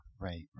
right